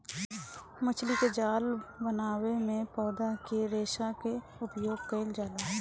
मछरी के जाल बनवले में पौधा के रेशा क उपयोग कईल जाला